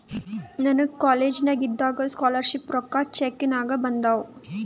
ನನಗ ಕಾಲೇಜ್ನಾಗ್ ಇದ್ದಾಗ ಸ್ಕಾಲರ್ ಶಿಪ್ ರೊಕ್ಕಾ ಚೆಕ್ ನಾಗೆ ಬಂದಾವ್